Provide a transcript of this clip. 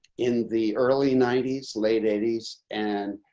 in the early ninety s, late eighty s, and